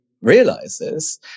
realizes